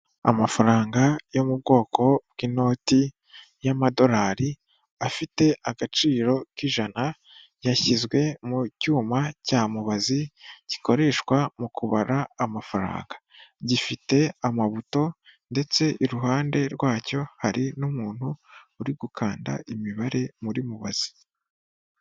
Amafaranga yo mu bwoko bw'inoti y'amadorari afite agaciro k'ijana yashyizwe mu cyuma cya mubazi gikoreshwa mu kubara amafaranga. Gifite amabuto ndetse iruhande rwacyo hari n'umuntu uri gukanda imibare muri mubazi.